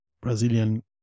Brazilian